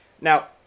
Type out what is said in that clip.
now